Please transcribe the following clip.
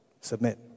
submit